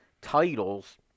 titles